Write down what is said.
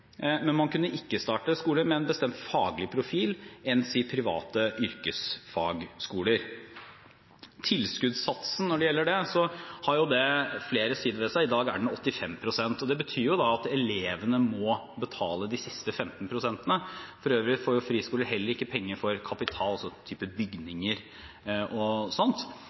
men man kunne ikke starte skoler med en bestemt faglig profil, enn si private yrkesfagskoler. Når det gjelder tilskuddssatsen, har det flere sider ved seg. I dag er den på 85 pst. Det betyr at elevene må betale de siste 15 pst. For øvrig får heller ikke friskoler penger for kapital – type bygninger og sånt.